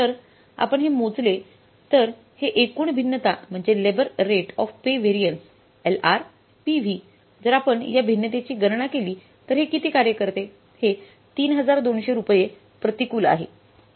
तर आपण हे मोजले तर हे एकूण भिन्नता म्हणजे labour rate of pay variance LRPV जर आपण या भिन्नतेची गणना केली तर हे किती कार्य करते हे 3200 रुपये प्रतिकूल आहे